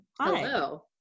Hello